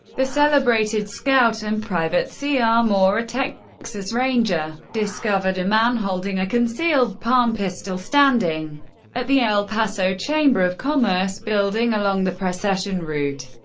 the celebrated scout, and private c r. moore, a texas ranger, discovered a man holding a concealed palm pistol standing at the el paso chamber of commerce building along the procession route,